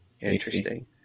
Interesting